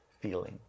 feeling